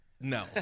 No